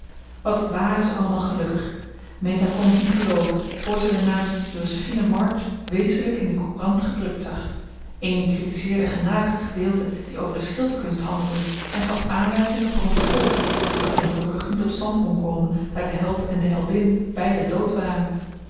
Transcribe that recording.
wat waren ze allemaal gelukkig meta kon het niet gelooven voor ze den naam josefine march wezenlijk in de courant gedrukt zag amy critiseerde genadig de gedeelten die over de schilderkunst handelden en gaf aanwijzingen voor een vervolg dat ongelukkig niet tot stand kon komen daar de held en de heldin beiden dood waren